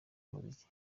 umuziki